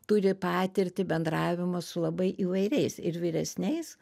turi patirtį bendravimo su labai įvairiais ir vyresniais